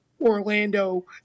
Orlando